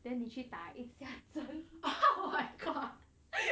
then 你去打一针下